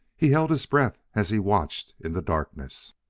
he held his breath as he watched in the darkness.